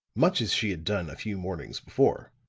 much as she had done a few mornings before.